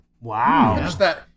Wow